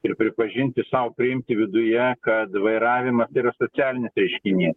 ir pripažinti sau priimti viduje kad vairavimas yra socialinis reiškinys